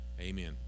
Amen